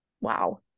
Wow